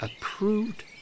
approved